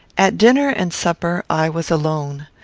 at dinner and supper i was alone.